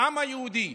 העם היהודי.